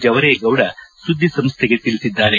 ಜವರೇಗೌಡ ಸುದ್ದಿಸಂಸ್ಟೆಗೆ ತಿಳಿಸಿದ್ದಾರೆ